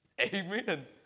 Amen